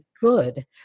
good